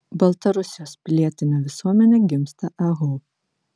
baltarusijos pilietinė visuomenė gimsta ehu